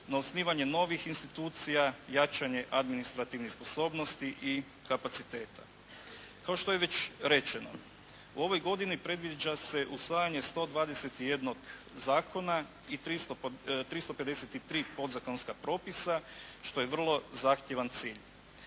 na osnivanje novih institucija, jačanje administrativne sposobnosti i kapaciteta. Kao što je već rečeno u ovoj godini predviđa se usvajanje 121 zakona i 353 podzakonska propisa što je vrlo zahtjevan cilj.